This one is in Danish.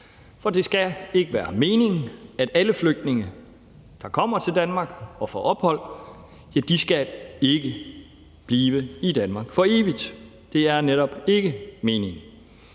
for det skal ikke være meningen, at alle flygtninge, der kommer til Danmark og får ophold, skal blive i Danmark for evigt. Det er netop ikke meningen.